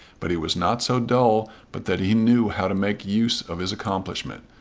but he was not so dull but that he knew how to make use of his accomplishment,